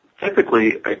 typically